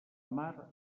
mar